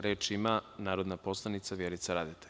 Reč ima narodna poslanica Vjerica Radeta.